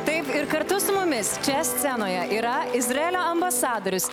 taip ir kartu su mumis čia scenoje yra izraelio ambasadorius